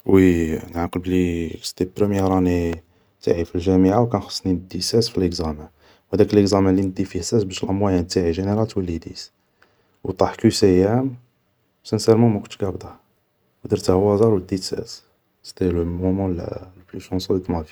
وي, راني عاقل بلي سيتي بروميار اني تاعي في الجامعة ة كان خصني ندي ساز في ليكزامان, و هداك ليكزامان لي ندي فيه ساز باش لا موايان جينيرال تولي ديس, و طاح كيسيام, سانسارمون ما كنتش قابده, و درته او هازار و ديت ساز, سيتي لو مومون لو بلو شانسو دو ما في